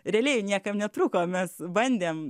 realiai niekam netrūko mes bandėm